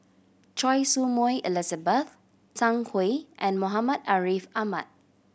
Choy Su Moi Elizabeth Zhang Hui and Muhammad Ariff Ahmad